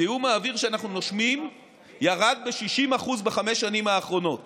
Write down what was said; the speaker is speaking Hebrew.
זיהום האוויר שאנחנו נושמים ירד ב-60% בחמש שנים האחרונות